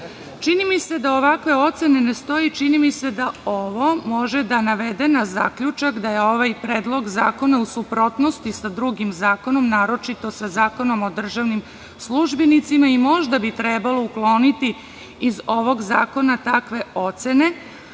mi se da ovakve ocene ne stoje i čini mi se da ovo može da navede na zaključak da je ovaj predlog zakona u suprotnosti sa drugim zakonom, naročito sa Zakonom o državnim službenicima i možda bi trebalo ukloniti iz ovog zakona takve ocene,